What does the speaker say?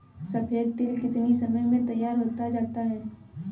सफेद तिल कितनी समय में तैयार होता जाता है?